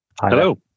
Hello